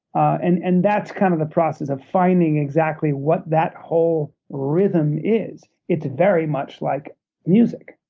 and and that's kind of the process of finding exactly what that whole rhythm is. it's very much like music.